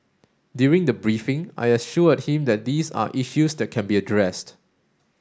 during the briefing I assured him that these are issues that can be addressed